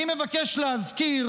אני מבקש להזכיר